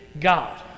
God